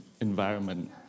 environment